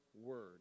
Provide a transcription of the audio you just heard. word